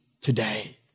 today